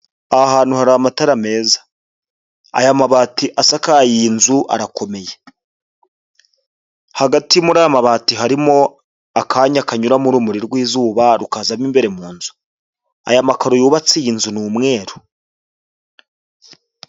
Aha hantu hari amatara meza, aya mabati asakaye iyi nzu arakomeye, hagati muri aya mabati harimo akanya kanyuramo urumuri rw'izuba rukazamo imbere mu nzu, aya makaro yubatse iyi nzu ni umweru.